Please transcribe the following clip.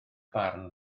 barn